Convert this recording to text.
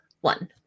one